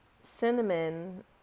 Cinnamon